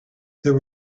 there